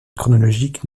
chronologique